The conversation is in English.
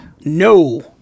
no